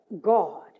God